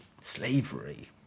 slavery